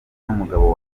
numugabo